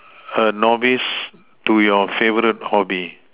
a novice to your favourite hobby